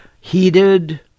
heated